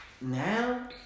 now